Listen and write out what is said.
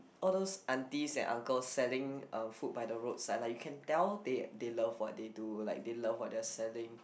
all those aunties and uncles selling uh food by the roadside like you can tell they they love what they do they love what they are selling